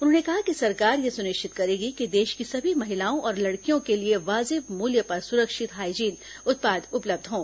उन्होंने कहा कि सरकार यह सुनिश्चित करेगी कि देश की सभी महिलाओं और लड़कियों के लिए वाजिब मूल्य पर सुरक्षित हाईजीन उत्पाद उपलब्ध हों